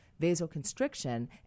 vasoconstriction